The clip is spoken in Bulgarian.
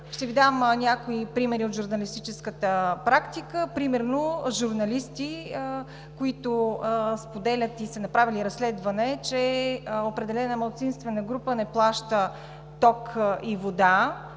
Ще Ви дам някои примери от журналистическата практика – примерно журналисти, които споделят и са направили разследване, че определена малцинствена група не плаща ток и вода,